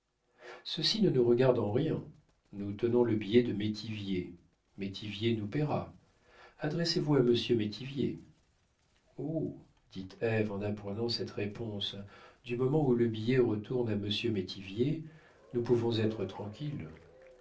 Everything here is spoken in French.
ceci ne nous regarde en rien nous tenons le billet de métivier métivier nous payera adressez-vous à monsieur métivier oh dit ève en apprenant cette réponse du moment où le billet retourne à monsieur métivier nous pouvons être tranquilles